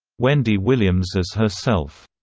wendy williams as herself